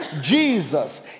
Jesus